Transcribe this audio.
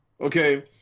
Okay